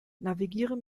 navigiere